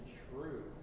true